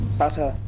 butter